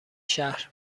شهر